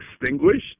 extinguished